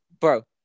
Bro